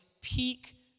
peak